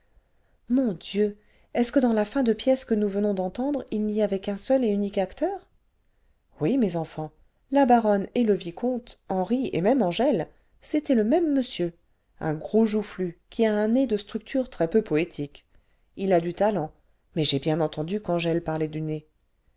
mon dieu est-ce que dans la fin cle pièce que nous venons d'entendre il n'y avait qu'un seul et unique acteur oui mes enfants la baronne et le vicomte henri et même angèle c'était le même monsieur un gros joufflu qui a un nez de structure très peu poétique il a du talent mais j'ai bien entendu qu'angèle parlait du